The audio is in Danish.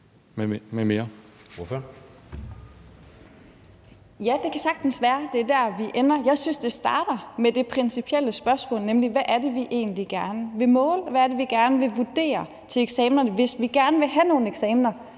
Rod (RV): Ja, det kan sagtens være, at det er der, vi ender. Jeg synes, det starter med det principielle spørgsmål: Hvad er det egentlig, vi gerne vil måle, og hvad er det, vi gerne vil vurdere til eksamenerne? Hvis vi gerne vil have nogle eksamener,